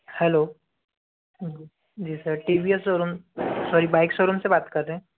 hello ji sir TVS showroom sorry bike showroom से बात कर रहें हैं